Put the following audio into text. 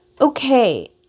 Okay